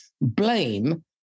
blame